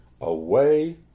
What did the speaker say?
Away